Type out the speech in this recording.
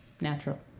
natural